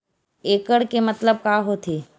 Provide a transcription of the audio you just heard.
एकड़ के मतलब का होथे?